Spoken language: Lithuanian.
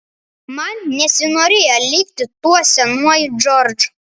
man nesinorėjo likti tuo senuoju džordžu